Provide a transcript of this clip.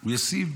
הוא ישים